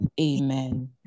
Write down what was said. Amen